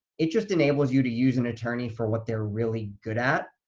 it just enables you to use an attorney for what they're really good at.